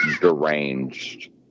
Deranged